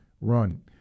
run